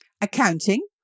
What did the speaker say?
accounting